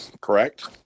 correct